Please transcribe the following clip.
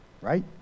right